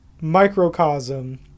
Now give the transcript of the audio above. microcosm